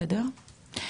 בסדר.